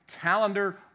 calendar